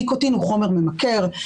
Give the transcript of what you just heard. ניקוטין הוא חומר ממכר,